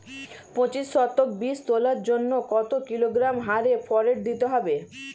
পঁচিশ শতক বীজ তলার জন্য কত কিলোগ্রাম হারে ফোরেট দিতে হবে?